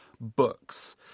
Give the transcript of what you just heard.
books